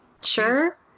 sure